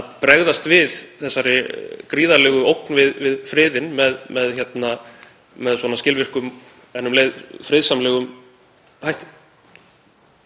bregðast við þessari gríðarlegu ógn við friðinn með skilvirkum en um leið friðsamlegum hætti.